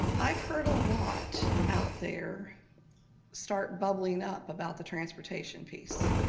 i've heard a lot out there start bubbling up about the transportation piece.